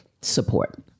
support